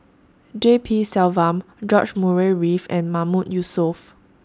G P Selvam George Murray Reith and Mahmood Yusof